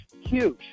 huge